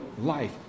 life